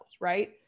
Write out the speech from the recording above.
right